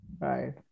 right